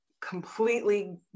completely